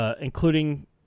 including